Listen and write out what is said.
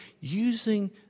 using